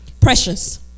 Precious